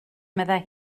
meddai